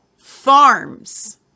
farms